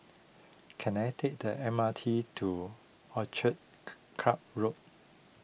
can I take the M R T to Orchid Club Road